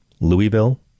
Louisville